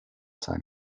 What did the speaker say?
sein